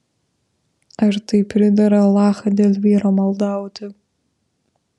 ar tai pridera alachą dėl vyro maldauti